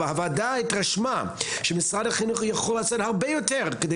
4. הוועדה התרשמה שמשרד החינוך יכול לעשות הרבה יותר כדי